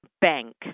bank